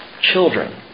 children